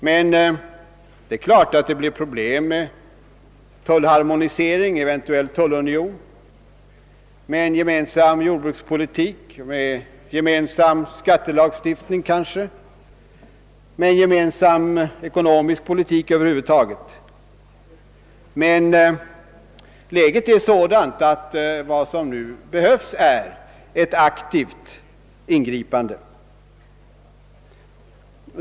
Men det är klart att det uppstår problem med tullharmoniering, eventuellt en tullunion med en gemensam jordbrukspolitik, med kanske gemensam skattelagstiftning och gemensam ekonomisk politik över huvud taget. Läget är emellertid sådant att det nu behövs ett aktivt ingripande.